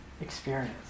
experience